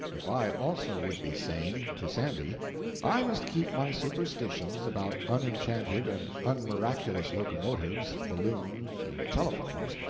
if i also would be sane to sandy i must keep my superstitions about unenchanted and unmiraculous locomotives, balloons, and telephones,